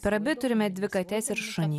per abi turime dvi kates ir šunį